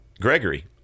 Gregory